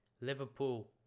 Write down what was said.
Liverpool